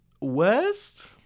West